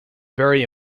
very